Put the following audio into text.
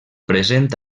present